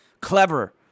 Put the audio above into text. clever